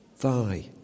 Thy